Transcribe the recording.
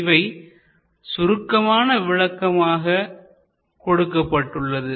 இவை சுருக்கமான விளக்கமாக கொடுக்கப்பட்டுள்ளது